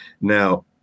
now